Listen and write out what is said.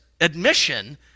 admission